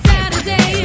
Saturday